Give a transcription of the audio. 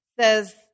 says